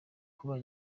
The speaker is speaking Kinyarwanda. kuba